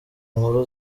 nkuru